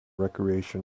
recreation